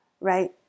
right